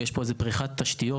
יש פה פריחת תשתיות,